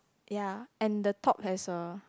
ya and the top has a